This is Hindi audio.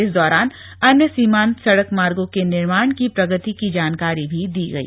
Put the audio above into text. इस दौरान अन्य सीमांत सड़क मार्गों के निर्माण की प्रगति की जानकारी भी दी गई